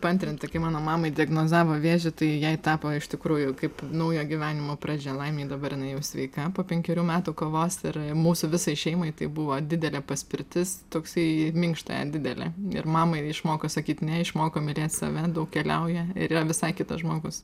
paantrinti kai mano mamai diagnozavo vėžį tai jai tapo iš tikrųjų kaip naujo gyvenimo pradžia laimei dabar jinai jau sveika po penkerių metų kovos ir mūsų visai šeimai tai buvo didelė paspirtis toksai į minkštąją didelė ir mama išmoko sakyt ne išmoko mylėt save daug keliauja ir yra visai kitas žmogus